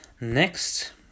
Next